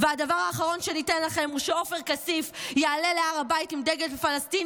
הדבר האחרון שניתן לכם הוא שעופר כסיף יעלה להר הבית עם דגל פלסטין